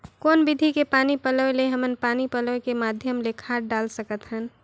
कौन विधि के पानी पलोय ले हमन पानी पलोय के माध्यम ले खाद डाल सकत हन?